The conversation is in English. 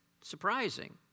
surprising